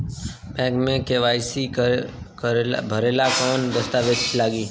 Bank मे KYC भरेला कवन दस्ता वेज लागी?